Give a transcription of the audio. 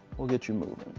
we'll get you moving.